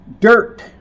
dirt